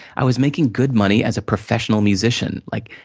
i was making good money as a professional musician. like,